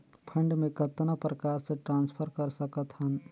Fund मे कतना प्रकार से ट्रांसफर कर सकत हन?